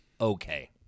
okay